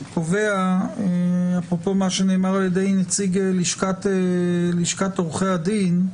קובע אפרופו מה שנאמר על ידי נציג לשכת עורכי הדין,